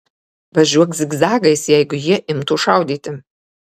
važiuok zigzagais jeigu jie imtų šaudyti